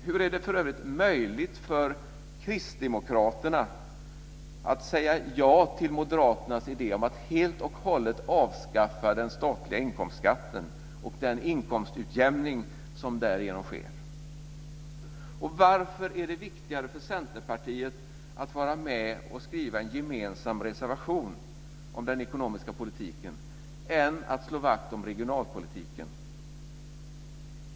Hur är det för övrigt möjligt för Kristdemokraterna att säga ja till Moderaternas idé om att helt och hållet avskaffa den statliga inkomstskatten och den inkomstutjämning som därigenom sker? Varför är det viktigare för Centerpartiet att vara med och skriva en gemensam reservation om den ekonomiska politiken än att slå vakt om regionalpolitiken?